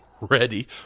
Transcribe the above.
ready